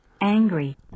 Angry